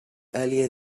earlier